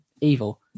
evil